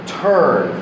turn